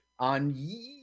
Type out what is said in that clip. On